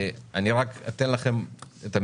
אני רק אתן לכם את המסגרת,